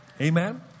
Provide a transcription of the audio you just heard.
Amen